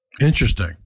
Interesting